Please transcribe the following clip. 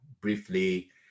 briefly